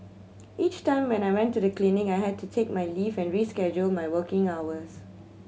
each time when I went to the clinic I had to take my leave and reschedule my working hours